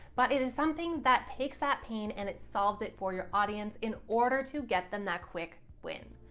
but it is something that takes that pain and it solves it for your audience in order to get them that quick win.